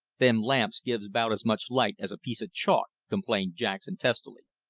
them lamps gives about as much light as a piece of chalk, complained jackson testily.